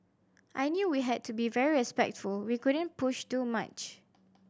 I knew we had to be very respectful we couldn't push too much